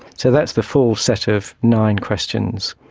so that's the full set of nine questions.